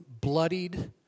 bloodied